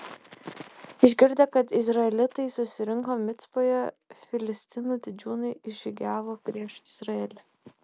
išgirdę kad izraelitai susirinko micpoje filistinų didžiūnai išžygiavo prieš izraelį